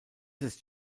ist